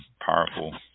powerful